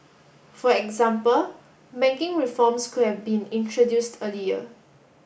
for example banking reforms could have been introduced earlier